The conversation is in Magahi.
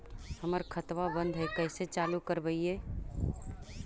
हमर खतवा बंद है कैसे चालु करवाई?